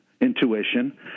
intuition